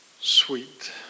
sweet